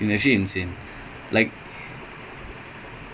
his dribbling is damn nice it's like